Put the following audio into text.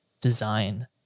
design